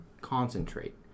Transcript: concentrate